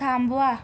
थांबवा